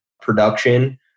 production